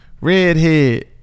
redhead